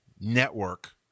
network